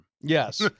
Yes